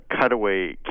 cutaway